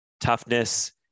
toughness